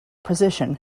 position